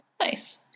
Nice